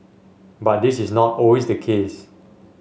but this is not always the case